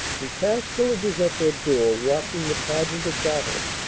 we pass villagers at their door watching the pageant of battle,